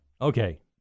Okay